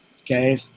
okay